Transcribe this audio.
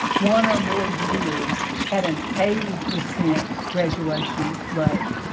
one or more years, had an eighty percent graduation rate.